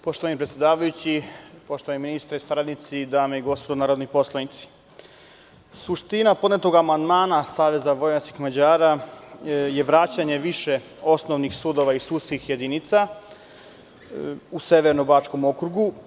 Poštovani predsedavajući, poštovani ministre, saradnici, dame i gospodo narodni poslanici, suština podnetog amandmana SVM je vraćanje više osnovnih sudova i sudskih jedinica u Severno-bačkom okrugu.